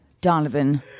Donovan